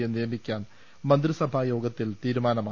യെ നിയമിക്കാൻ മന്ത്രിസഭായോഗത്തിൽ തീരുമാനമായി